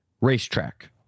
racetrack